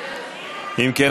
אם כן,